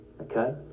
okay